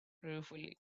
ruefully